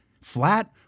flat